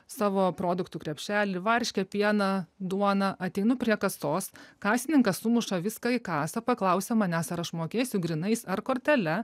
savo produktų krepšelį varškę pieną duoną ateinu prie kasos kasininkas sumuša viską į kasą paklausia manęs ar aš mokėsiu grynais ar kortele